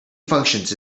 functions